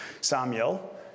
Samuel